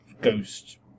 ghost